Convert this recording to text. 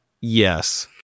Yes